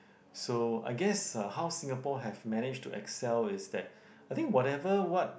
so I guess uh how Singapore have managed to excel is that I think whatever what